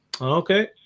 Okay